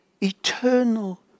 eternal